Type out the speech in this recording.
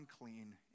unclean